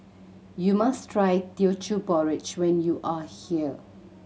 you must try Teochew Porridge when you are here